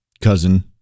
cousin